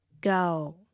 go